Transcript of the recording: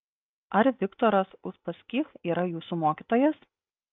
ar viktoras uspaskich yra jūsų mokytojas